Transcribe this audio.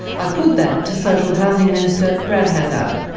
i put that to social housing minister brad hazzard.